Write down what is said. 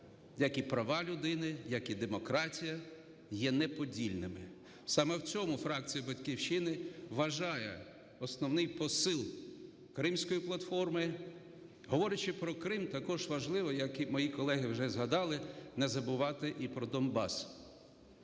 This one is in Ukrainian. як і права людини, як і демократія, є неподільними. Саме в цьому фракція "Батьківщина" вважає основний посил Кримської платформи. Говорячи про Крим також важливо, як і мої колеги вже згадали, не забувати і про Донбас.